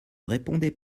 répondait